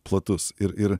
platus ir ir